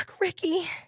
Ricky